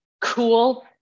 cool